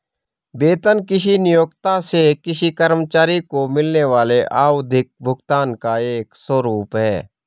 वेतन किसी नियोक्ता से किसी कर्मचारी को मिलने वाले आवधिक भुगतान का एक स्वरूप है